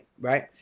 Right